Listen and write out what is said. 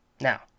Now